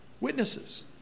Witnesses